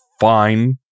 fine